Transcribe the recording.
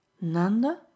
Nanda